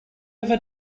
ever